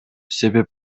себеп